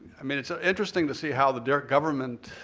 i mean it's ah interesting to see how the different government,